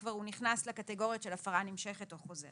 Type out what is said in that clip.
הוא כבר נכנס לקטוריות של הפרה נמשכת או חוזרת.